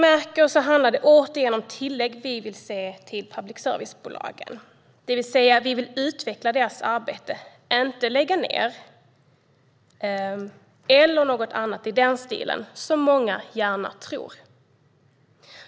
Det handlar alltså återigen om tillägg till public servicebolagen. Vi vill alltså utveckla deras arbete, inte lägga ned eller något annat i den stilen, vilket många gärna tror.